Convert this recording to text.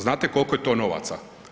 Znate koliko je to novaca?